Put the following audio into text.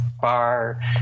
bar